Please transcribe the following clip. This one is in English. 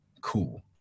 cool